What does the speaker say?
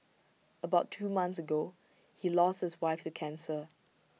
about two months ago he lost his wife to cancer